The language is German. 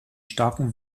starken